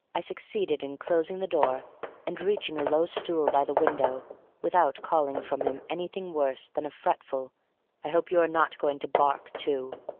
i succeeded in closing the door and reaching a low stool by the window without calling from him anything worse than a fretful i hope you are not going to bark too.